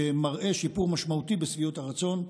שמראה שיפור משמעותי בשביעות הרצון.